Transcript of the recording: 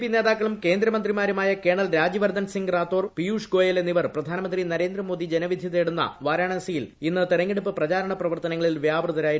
P നേതാക്കളും കേന്ദ്രമന്ത്രിമാരുമായ colonel Rajyavardhan Singh Rathore Piyush Goyal എന്നിവർ പ്രധാനമന്ത്രി നരേന്ദ്രമോദി ജനവിധി തേടുന്ന വരാണാസിയിൽ ഇന്ന് തെരഞ്ഞെടുപ്പ് പ്രചാരണ പ്രവർത്തനങ്ങളിൽ വ്യാപൃതരായിരുന്നു